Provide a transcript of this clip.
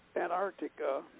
Antarctica